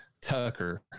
Tucker